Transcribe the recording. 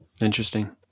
Interesting